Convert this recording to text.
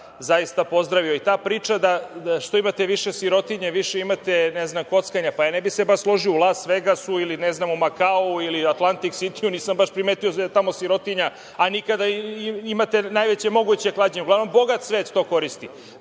zaista pozdravio. Ta priča da što imate više sirotinje imate više kockanja, pa ne bih se baš složio. U Las Vegasu ili, ne znam, u Makau ili Atlantik Sitiju nisam baš primetio da je tamo sirotinja, a imate najveće moguće klađenje, uglavnom bogat svet to koristi.